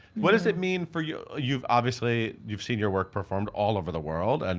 what does it mean for you. you've obviously. you've seen your worked performed all over the world, and